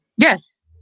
Yes